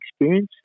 experience